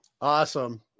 Awesome